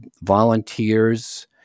volunteers